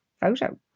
photo